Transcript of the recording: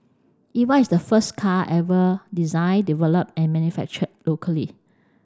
Eva is the first car ever designed developed and manufactured locally